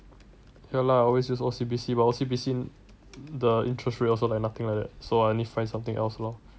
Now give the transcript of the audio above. ya lah I always use O_C_B_C but O_C_B_C the interest rate also like nothing like that so I need find something else lor